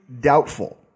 Doubtful